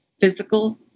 physical